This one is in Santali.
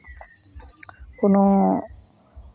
ᱠᱳᱱᱳ